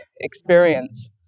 experience